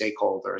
stakeholders